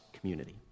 community